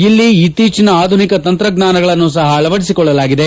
ಇಲ್ಲಿ ಇತ್ತೀಚಿನ ಆಧುನಿಕ ತಂತ್ರಜ್ಞಾನಗಳನ್ನು ಸಹ ಅಳವಡಿಸಿಕೊಳ್ಳಲಾಗಿದೆ